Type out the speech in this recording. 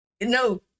No